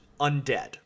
undead